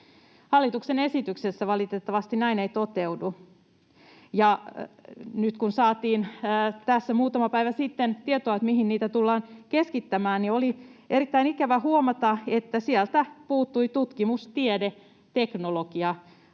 Hallituksen esityksessä valitettavasti näin ei toteudu, ja nyt, kun saatiin muutama päivä sitten tietoa, mihin niitä tullaan keskittämään, oli erittäin ikävä huomata, että sieltä puuttui tutkimus‑, tiede‑ ja teknologiaosuus